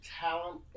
talent